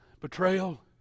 Betrayal